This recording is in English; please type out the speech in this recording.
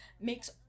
makes